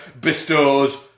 bestows